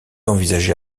envisagé